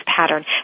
pattern